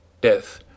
death